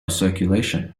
circulation